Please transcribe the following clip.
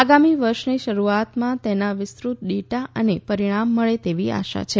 આગામી વર્ષની શરૂઆતમાં તેના વિસ્તૃત ડેટા અને પરિણામ મળે તેવી આશા છે